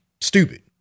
Stupid